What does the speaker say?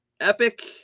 epic